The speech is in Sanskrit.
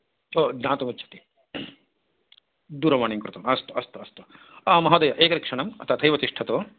हो दातुं इच्छति दूरवाणीं कृतम् अस्तु अस्तु अस्तु महोदय एकक्षणं तथैव तिष्ठतु